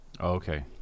Okay